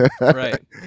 Right